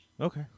Okay